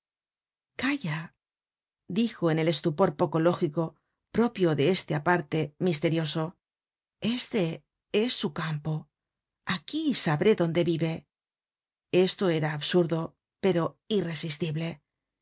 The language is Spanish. calla dijo en el estupor poco lógico propio de este aparte mis terioso este es su campo aquí sabré dónde vive esto era absurdo pero irresistible